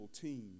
team